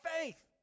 faith